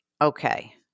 Okay